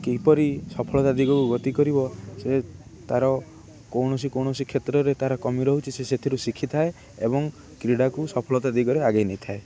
କିପରି ସଫଳତା ଦିଗକୁ ଗତି କରିବ ସେ ତାର କୌଣସି କୌଣସି କ୍ଷେତ୍ରରେ ତାର କମି ରହୁଛି ସେ ସେଥିରୁ ଶିଖିଥାଏ ଏବଂ କ୍ରୀଡ଼ାକୁ ସଫଳତା ଦିଗରେ ଆଗେଇ ନେଇଥାଏ